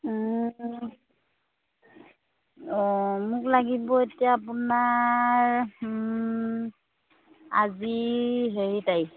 অঁ মোক লাগিব এতিয়া আপোনাৰ আজি হেৰি তাৰিখ